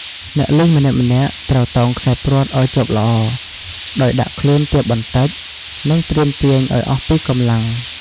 អ្នកលេងម្នាក់ៗត្រូវតោងខ្សែព្រ័ត្រឱ្យជាប់ល្អ ដោយដាក់ខ្លួនទាបបន្តិច និងត្រៀមទាញឱ្យអស់ពីកម្លាំង។